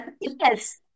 Yes